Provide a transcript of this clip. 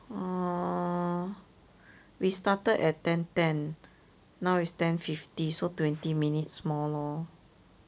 uh we started at ten ten now it's ten fifty so twenty minutes more lor